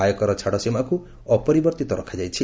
ଆୟକର ଛାଡ଼ ସୀମାକୁ ଅପରିବର୍ଭିତ ରଖାଯାଇଛି